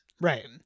right